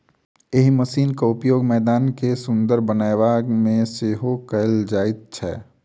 एहि मशीनक उपयोग मैदान के सुंदर बनयबा मे सेहो कयल जाइत छै